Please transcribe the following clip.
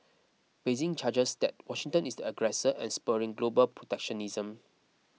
Beijing charges that Washington is the aggressor and spurring global protectionism